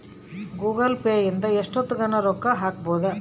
Google Pay ಇಂದ ಎಷ್ಟೋತ್ತಗನ ರೊಕ್ಕ ಹಕ್ಬೊದು